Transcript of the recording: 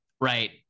right